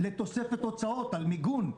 לתוספת הוצאות על מיגון,